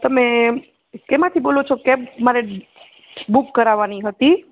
તમે કેમાંથી બોલો છો કેબ મારે બુક કરાવાની હતી